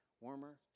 warmer